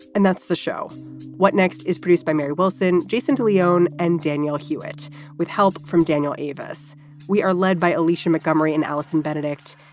and that's the show what next is produced by mary wilson, jason de leon and danielle hewett with help from daniel evers'. we are led by alicia montgomery and allison benedict.